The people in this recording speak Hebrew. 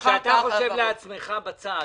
אבל כשאתה חושב לעצמך בצד,